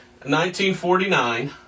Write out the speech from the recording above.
1949